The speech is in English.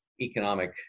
economic